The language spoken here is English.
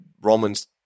Romans